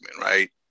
right